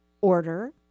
order